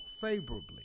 favorably